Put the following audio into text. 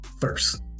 first